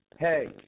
Hey